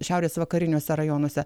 šiaurės vakariniuose rajonuose